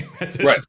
Right